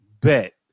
bet